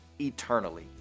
eternally